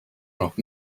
noch